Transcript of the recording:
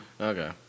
Okay